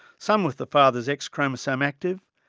some with the father's x chromosome active,